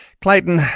Clayton